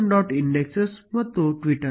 indexes ಮತ್ತು twitter